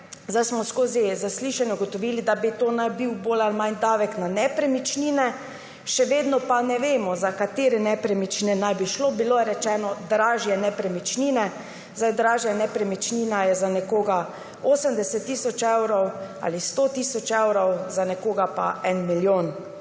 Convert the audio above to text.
Zdaj smo skozi zaslišanje ugotovili, da naj bi to bil bolj ali manj davek na nepremičnine, še vedno pa ne vemo, za katere nepremičnine naj bi šlo. Bilo je rečeno dražje nepremičnine. Dražja nepremičnina je za nekoga 80 tisoč evrov ali 100 tisoč evrov, za nekoga pa 1 milijon.